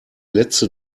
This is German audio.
letzte